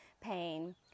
pain